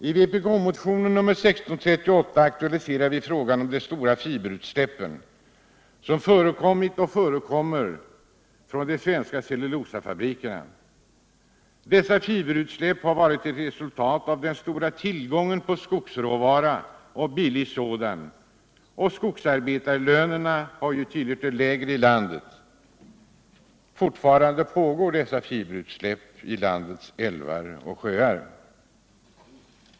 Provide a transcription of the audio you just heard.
I vpk-motionen 1638 aktualiserar vi frågan om de stora fiberutsläpp som förekommit och fortfarande förekommer från de svenska cellulosafabrikerna. Dessa fiberutsläpp har varit ett resultat av den stora tillgången på skogsråvara —- billig sådan. Skogsarbetarlönerna har också tillhört de lägre i landet. Fortfarande pågår dessa fiberutsläpp i landets älvar och sjöar.